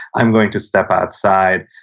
i'm going to step outside,